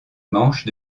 manche